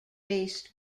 faced